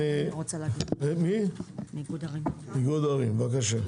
איגוד ערים, בבקשה.